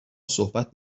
صحبت